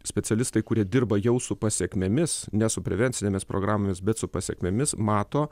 specialistai kurie dirba jau su pasekmėmis ne su prevencinėmis programomis bet su pasekmėmis mato